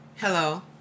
Hello